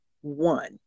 one